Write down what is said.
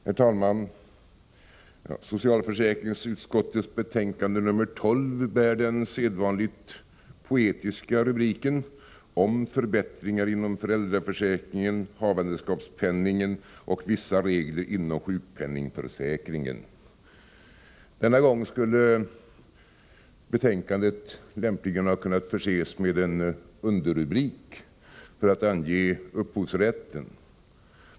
Herr talman! Socialförsäkringsutskottets betänkande nr 12 bär den sedvanligt poetiska rubriken Förbättringar inom föräldraförsäkringen, havandeskapspenningen och vissa regler inom sjukpenningförsäkringen. Denna gång skulle betänkandet lämpligen kunna förses med en underrubrik för att ange upphovsrätten.